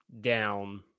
down